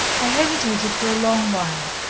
i hesitated for a long while.